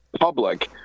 public